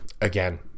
again